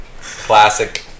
classic